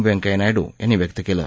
व्यंकय्या नायडू यांनी व्यक्त कलि